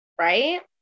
Right